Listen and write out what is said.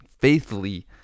faithfully